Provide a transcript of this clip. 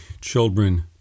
children